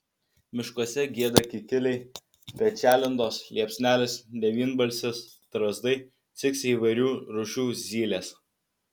miškuose gieda kikiliai pečialindos liepsnelės devynbalsės strazdai ciksi įvairių rūšių zylės